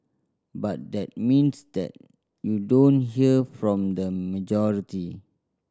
but that means that you don't hear from the majority